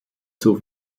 zur